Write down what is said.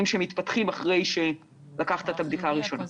שמתפתחים אחרי שלקחת את הבדיקה הראשונה.